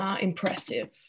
impressive